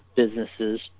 businesses